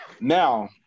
Now